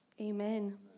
amen